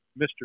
Mr